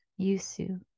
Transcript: yusu